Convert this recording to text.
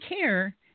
care